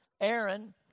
Aaron